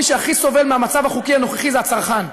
מי שהכי סובל מהמצב החוקי הנוכחי זה הצרכן,